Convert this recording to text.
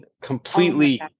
completely